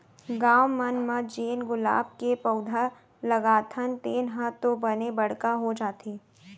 गॉव मन म जेन गुलाब के पउधा लगाथन तेन ह तो बने बड़का हो जाथे